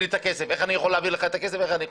את הכסף אז איך אני יכול להעביר לך את הכסף ולהתקדם.